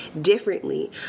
differently